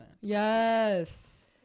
Yes